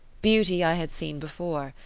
beauty i had seen before,